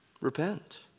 repent